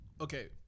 okay